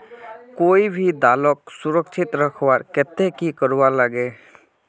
कोई भी दालोक सुरक्षित रखवार केते की करवार लगे?